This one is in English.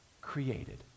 created